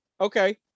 okay